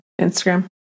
Instagram